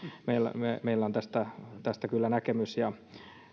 eli meillä on tästä tästä kyllä näkemys